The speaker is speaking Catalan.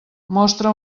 mostra